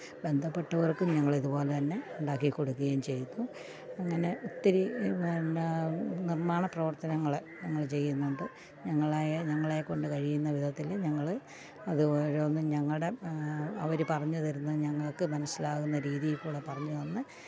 ബന്ധപ്പെട്ടവർക്കും ഞങ്ങളിതുപോലെ തന്നെ ഉണ്ടാക്കിക്കൊടുക്കുകയും ചെയ്തു അങ്ങനെ ഒത്തിരി എന്നാൽ നിർമ്മാണ പ്രവർത്തനങ്ങൾ ഞങ്ങൾ ചെയ്യുന്നുണ്ട് ഞങ്ങളായ ഞങ്ങളേക്കൊണ്ട് കഴിയുന്ന വിധത്തിൽ ഞങ്ങൾ അത് ഓരോന്നും ഞങ്ങളുടെ അവർ പറഞ്ഞു തരുന്ന ഞങ്ങൾക്ക് മനസ്സിലാകുന്ന രീതിയിൽക്കൂടി പറഞ്ഞു തന്ന്